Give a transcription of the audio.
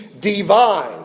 divine